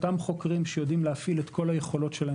אותם חוקרים שיודעים להפעיל את כל היכולות שלהם